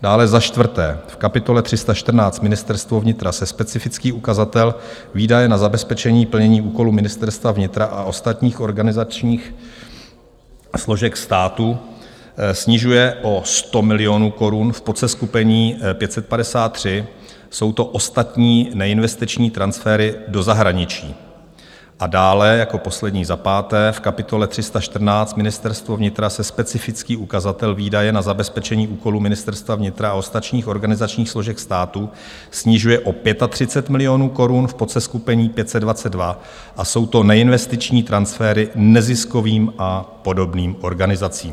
Dále za čtvrté, v kapitole 314 Ministerstvo vnitra se specifický ukazatel Výdaje na zabezpečení plnění úkolů Ministerstva vnitra a ostatních organizačních složek státu snižuje o 100 milionů korun v podseskupení 553, jsou to Ostatní neinvestiční transfery do zahraničí, a dále jako poslední, za páté v kapitole 314 Ministerstvo vnitra se specifický ukazatel Výdaje na zabezpečení úkolů Ministerstva vnitra a ostatních organizačních složek státu snižuje o 35 milionů korun podseskupení 522 a jsou to Neinvestiční transfery neziskovým a podobným organizacím.